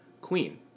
Queen